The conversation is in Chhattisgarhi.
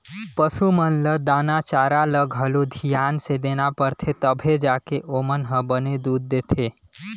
पसू मन ल दाना चारा ल घलो धियान से देना परथे तभे जाके ओमन ह बने दूद देथे